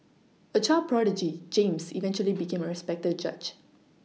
a child prodigy James eventually became a respected judge